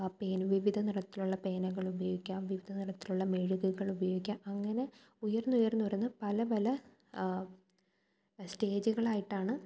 പേന വിവിധ നിറത്തിലുള്ള പേനകൾ ഉപയോഗിക്കാം വിവിധ നിറത്തിലുള്ള മെഴുകുകൾ ഉപയോഗിക്കാം അങ്ങനെ ഉയർന്നുയർന്നുയർന്ന് പല പല സ്റ്റേജുകളായിട്ടാണ്